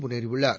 முன்னேறியுள்ளார்